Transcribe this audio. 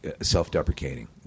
self-deprecating